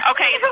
Okay